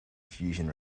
fusion